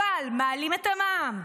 אבל מעלים את המע"מ,